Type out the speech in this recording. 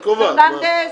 את קובעת.